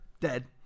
dead